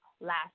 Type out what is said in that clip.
last